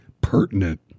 pertinent